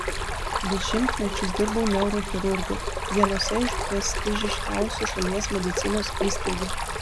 dešimtmečius dirbau neurochirurgu vienose iš prestižiškiausių šalies medicinos įstaigų